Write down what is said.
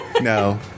No